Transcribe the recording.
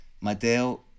Mateo